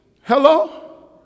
Hello